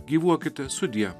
gyvuokite sudie